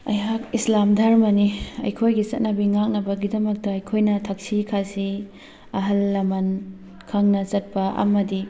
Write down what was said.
ꯑꯩꯍꯥꯛ ꯏꯁꯂꯥꯝ ꯙꯔꯃꯅꯤ ꯑꯩꯈꯣꯏꯒꯤ ꯆꯠꯅꯕꯤ ꯉꯥꯛꯅꯕꯒꯤꯗꯃꯛꯇ ꯑꯩꯈꯣꯏꯅ ꯊꯛꯁꯤ ꯈꯥꯁꯤ ꯑꯍꯜ ꯂꯃꯟ ꯈꯪꯅ ꯆꯠꯄ ꯑꯃꯗꯤ